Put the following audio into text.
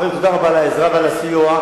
תודה רבה על העזרה והסיוע.